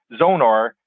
Zonar